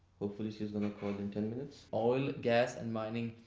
hopefully she's gonna call in ten minutes. oil, gas, and mining,